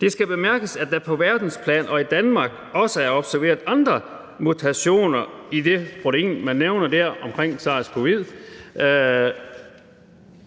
Det skal bemærkes, at der på verdensplan og i Danmark også er observeret andre mutationer i Spike proteinet på Sars-CoV-2